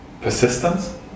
Persistence